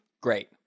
Great